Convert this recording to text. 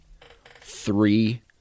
Three